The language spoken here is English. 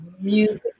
music